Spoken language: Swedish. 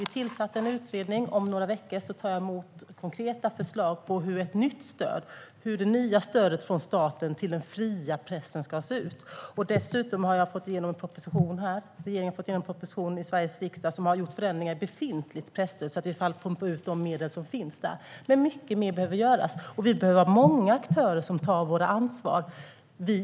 Vi tillsatte en utredning, och om några veckor tar jag emot konkreta förslag på hur det nya statliga stödet till den fria pressen ska se ut. Dessutom har regeringen fått igenom en proposition i riksdagen som innebär förändringar i befintligt presstöd, så att vi i alla fall pumpar ut de medel som finns där. Mycket mer behöver dock göras, och många aktörer behöver ta sitt ansvar.